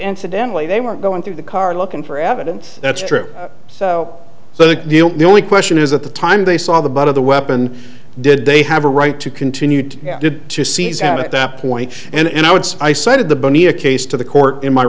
incidentally they were going through the car looking for evidence that's true so so the the only question is at the time they saw the butt of the weapon did they have a right to continued to seize at that point and i would say i cited the bunny a case to the court in my